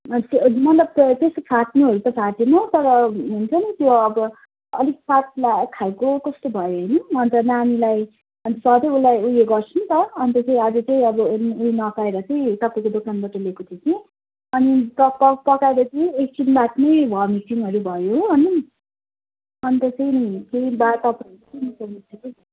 मतलब त्यस्तो फाट्नुहरू त फाटेन तर हुन्छ नि त्यो अब अलिक पातला खालको कस्तो भयो होइन अन्त नानीलाई सधैँ उसलाई उयो गर्छु नि त अन्त चाहिँ आज चाहिँ अब उयो नपाएर चाहिँ तपाईँको दोकानबाट ल्याएको थिएँ कि अनि पकाएर चाहिँ एकछिनबादमै भमिटिङहरू भयो हो अनि अन्त चाहिँ नि केही बा तपाईँहरूले के मिसाउनु हुन्छ कि